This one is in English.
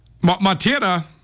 Montana